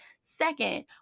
Second